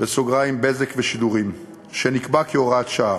(בזק ושידורים), שנקבע כהוראת שעה,